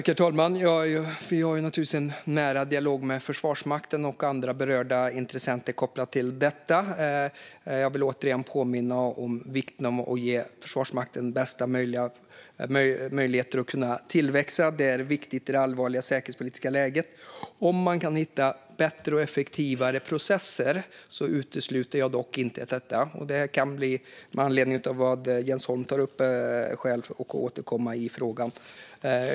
Herr talman! Vi har naturligtvis en nära dialog med Försvarsmakten och andra berörda intressenter kopplat till detta. Jag vill återigen påminna om vikten av att ge Försvarsmakten de bästa möjligheterna att kunna tillväxa. Det är viktigt i det allvarliga säkerhetspolitiska läget. Om man kan hitta bättre och effektivare processer utesluter jag dock inte detta, och med anledning av vad Ulf Holm tar upp kan det bli skäl att återkomma i frågan.